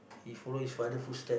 he follow his father footstep